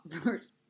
first